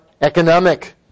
economic